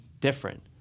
different